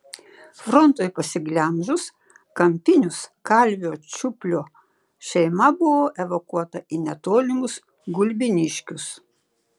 frontui pasiglemžus kampinius kalvio čiuplio šeima buvo evakuota į netolimus gulbiniškius